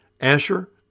Asher